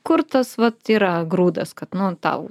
kur tas vat yra grūdas kad nu tau